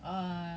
mobile app